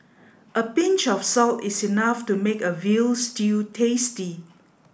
a pinch of salt is enough to make a veal stew tasty